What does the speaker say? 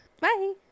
Bye